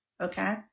Okay